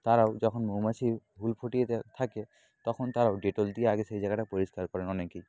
তারাও যখন মৌমাছি হুল ফুটিয়ে থাকে তখন তারাও ডেটল দিয়ে আগে সেই জায়গাটা পরিষ্কার করে অনেকেই